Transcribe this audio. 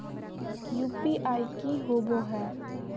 UPI की होबो है?